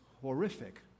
horrific